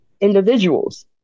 individuals